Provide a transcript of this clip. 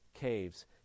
caves